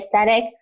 aesthetic